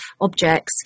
objects